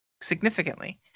significantly